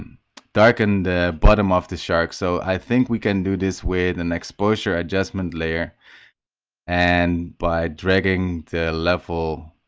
darken the bottom of the shark so i think we can do this with an exposure adjustment layer and by dragging the level